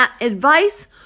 Advice